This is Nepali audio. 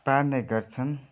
पार्ने गर्छन्